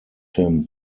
him